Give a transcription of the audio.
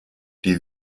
die